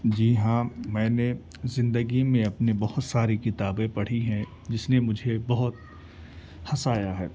جی ہاں میں نے زندگی میں اپنے بہت ساری کتابیں پڑھی ہیں جس نے مجھے بہت ہنسایا ہے